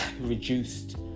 reduced